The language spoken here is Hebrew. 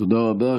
תודה רבה.